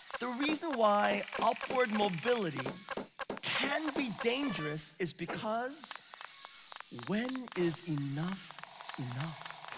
the reason why upward mobility can be dangerous is because when is enough enough?